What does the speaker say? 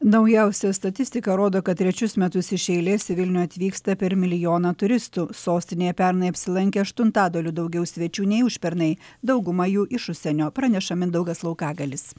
naujausia statistika rodo kad trečius metus iš eilės į vilnių atvyksta per milijoną turistų sostinėje pernai apsilankė aštuntadaliu daugiau svečių nei užpernai dauguma jų iš užsienio praneša mindaugas laukagalis